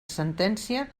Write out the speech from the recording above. sentència